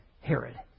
Herod